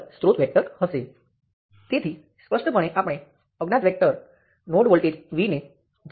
બસ આટલું તે પણ તમને ઉકેલ આપે છે